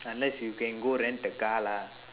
unless you can go rent a car lah